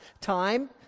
time